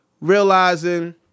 realizing